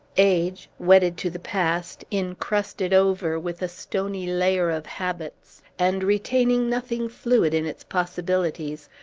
age, wedded to the past, incrusted over with a stony layer of habits, and retaining nothing fluid in its possibilities,